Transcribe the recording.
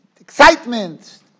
Excitement